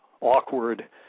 awkward